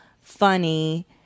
funny